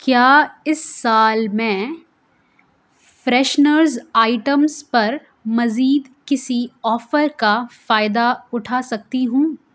کیا اس سال میں فریشنرز آئٹمز پر مزید کسی آفر کا فائدہ اٹھا سکتی ہوں